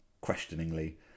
questioningly